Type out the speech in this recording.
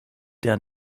der